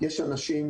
יש אנשים